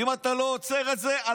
ואם אתה לא עוצר את זה,